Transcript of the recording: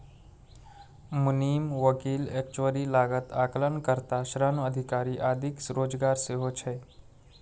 मुनीम, वकील, एक्चुअरी, लागत आकलन कर्ता, ऋण अधिकारी आदिक रोजगार सेहो छै